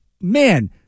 man